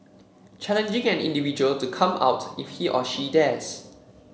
challenging an individual to come out if he or she dares